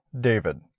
David